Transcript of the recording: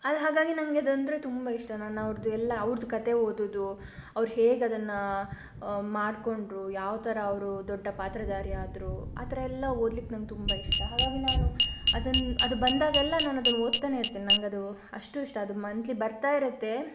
ಹಾಗ್ ಹಾಗಾಗಿ ನನಗಿದಂದರೆ ತುಂಬ ಇಷ್ಟ ನಾನು ಅವರದ್ದು ಎಲ್ಲ ಅವರದ್ದು ಕಥೆ ಓದುವುದು ಅವರು ಹೇಗೆ ಅದನ್ನು ಮಾಡಿಕೊಂಡರು ಯಾವ ಥರ ಅವರು ದೊಡ್ಡ ಪಾತ್ರಧಾರಿಯಾದರು ಆ ಥರ ಎಲ್ಲ ಓದಲಿಕ್ಕೆ ನನಗೆ ತುಂಬ ಇಷ್ಟ ಹಾಗಾಗಿ ನಾನು ಅದನ್ನು ಅದು ಬಂದಾಗೆಲ್ಲ ನಾನು ಅದನ್ನು ಓದ್ತಾನೇ ಇರ್ತೀನಿ ನನಗದು ಅಷ್ಟು ಇಷ್ಟ ಅದು ಮಂಥ್ಲಿ ಬರ್ತಾ ಇರತ್ತೆ